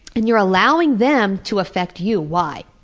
and you're allowing them to affect you why?